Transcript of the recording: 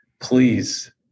please